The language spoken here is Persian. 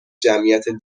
جمعیت